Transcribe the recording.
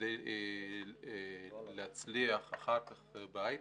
כדי להצליח אחר כך בהיי-טק.